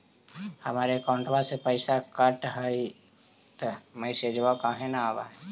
हमर अकौंटवा से पैसा कट हई त मैसेजवा काहे न आव है?